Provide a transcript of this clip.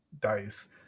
dice